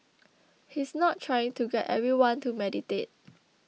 he is not trying to get everyone to meditate